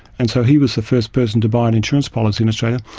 and so he was the first person to buy an insurance policy in australia.